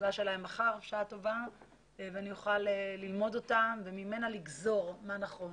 תוגש אלי מחר בשעה טובה ואני אוכל ללמוד אותה וממנה לגזור מה נכון.